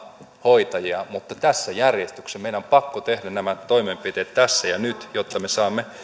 hoitajia mutta tässä järjestyksessä meidän on pakko tehdä nämä toimenpiteet tässä ja nyt jotta me saamme